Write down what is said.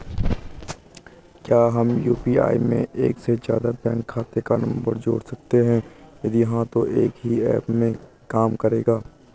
क्या हम यु.पी.आई में एक से ज़्यादा बैंक खाते का नम्बर जोड़ सकते हैं यदि हाँ तो एक ही ऐप में काम करेगा?